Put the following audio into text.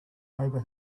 over